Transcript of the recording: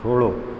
छोड़ो